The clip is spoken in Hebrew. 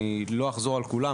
אני לא אחזור על כולן,